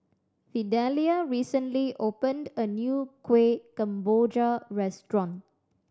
Fidelia recently opened a new Kueh Kemboja restaurant